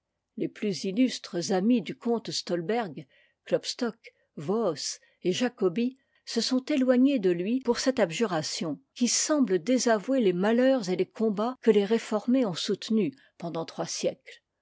les plus illustres amis du comte stolberg klopstock voos et jacobi se sont éloignés de lui pour cette abjuration qui semble désavouer les malheurs et les combats que les réformés ont soutenus pendant trois sièc